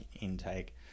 intake